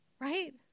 right